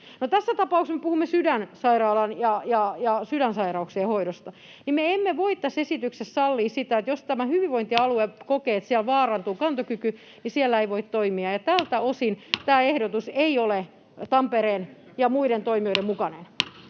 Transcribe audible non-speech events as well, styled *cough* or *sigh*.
tässä tapauksessa, kun me puhumme Sydänsairaalasta ja sydänsairauksien hoidosta, niin me emme voi tässä esityksessä sallia sitä, että jos tämä hyvinvointialue *noise* kokee, että siellä vaarantuu kantokyky ja siellä ei voi toimia, ja tältä osin tämä ehdotus ei ole Tampereen ja muiden toimijoiden mukainen.